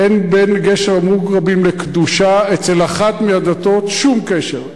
אין בין גשר המוגרבים לקדושה אצל אחת מן הדתות שום קשר,